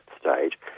stage